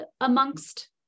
amongst